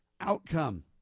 outcome